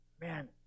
Man